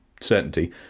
certainty